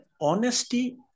honesty